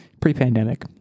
pre-pandemic